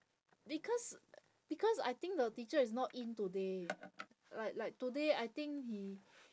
because because I think the teacher is not in today like like today I think he